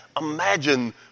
imagine